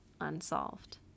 unsolved